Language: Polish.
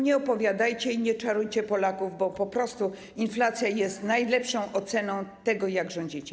Nie opowiadajcie i nie czarujcie Polaków, bo po prostu inflacja jest najlepszą oceną tego, jak rządzicie.